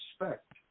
respect